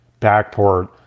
backport